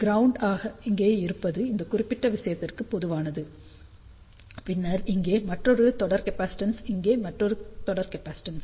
ground இங்கே இருப்பது இந்த குறிப்பிட்ட விஷயத்திற்கு பொதுவானது பின்னர் இங்கே மற்றொரு தொடர் கேப்பாசிட்டன்ஸ் இங்கே மற்றொரு தொடர் கேப்பாசிட்டன்ஸ்